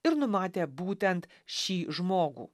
ir numatė būtent šį žmogų